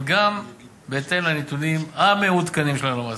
אבל גם בהתאם לנתונים המעודכנים של הלמ"ס.